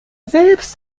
selbst